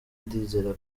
ndizera